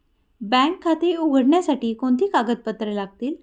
Bank खाते उघडण्यासाठी कोणती कागदपत्रे लागतील?